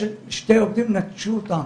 ושני עובדים נטשו אותו,